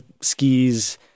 skis